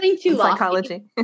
psychology